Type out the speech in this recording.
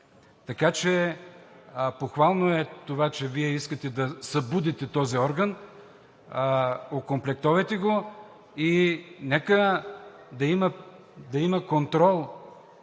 държава. Похвално е това, че Вие искате да събудите този орган, окомплектовайте го и нека да има контрол